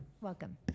Welcome